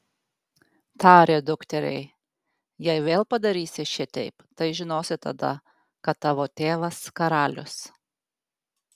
tarė dukteriai jei vėl padarysi šiteip tai žinosi tada kad tavo tėvas karalius